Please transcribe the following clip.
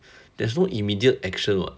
there's no immediate action [what]